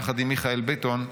יחד עם מיכאל ביטון,